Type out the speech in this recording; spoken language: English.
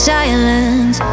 silence